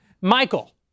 Michael